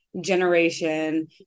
generation